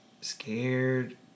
scared